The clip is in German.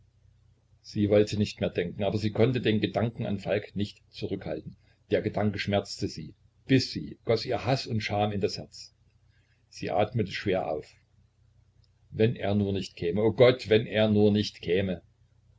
sie wollte nicht mehr denken aber sie konnte den gedanken an falk nicht zurückhalten der gedanke schmerzte sie biß sie goß ihr haß und scham in das herz sie atmete schwer auf wenn er nur nicht käme o gott wenn er nur nicht käme